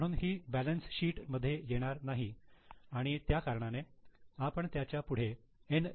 म्हणून ही balance sheet मध्ये येणार नाही आणि त्या कारणाने आपण त्याच्या पुढे एन